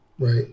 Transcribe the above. Right